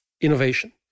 innovation